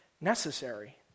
necessary